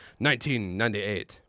1998